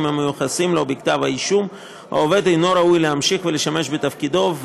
המיוחסים לו בכתב האישום העובד אינו ראוי להמשיך ולשמש בתפקידו,